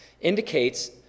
indicates